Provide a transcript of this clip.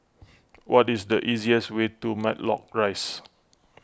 what is the easiest way to Matlock Rise